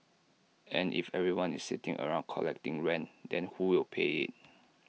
and if everyone is sitting around collecting rent then who will pay IT